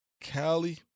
Cali